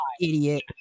idiot